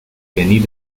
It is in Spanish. venir